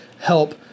help